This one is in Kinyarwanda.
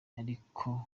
ariko